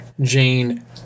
Jane